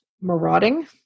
marauding